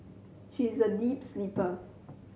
she is a deep sleeper